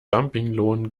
dumpinglohn